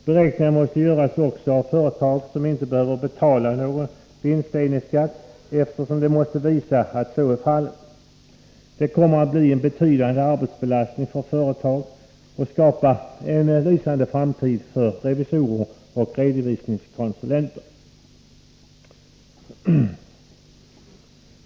Beräkningarna måste göras också av företag som inte behöver betala någon vinstdelningsskatt, eftersom de måste visa att så är fallet. Det kommer att bli en betydande arbetsbelastning för företagen och skapa en lysande framtid för revisorer och redovisningskonsulenter.